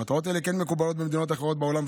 מטרות אלה כן מקובלות במדינות אחרות בעולם,